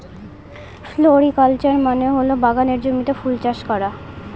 floriculture মানে হল বাগানের জমিতে ফুল চাষ করা